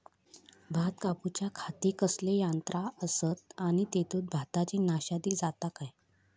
भात कापूच्या खाती कसले यांत्रा आसत आणि तेतुत भाताची नाशादी जाता काय?